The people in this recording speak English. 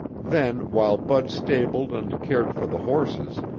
then, while bud stabled and cared for the horses,